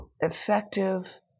effective